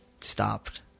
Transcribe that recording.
stopped